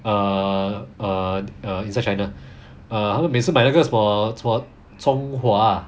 err err err inside china err 他们每次买那个什么什么 chunghwa ah